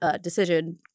decision